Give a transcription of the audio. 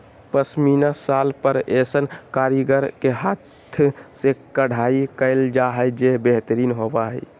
पश्मीना शाल पर ऐसन कारीगर के हाथ से कढ़ाई कयल जा हइ जे बेहतरीन होबा हइ